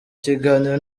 kiganiro